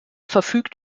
verfügt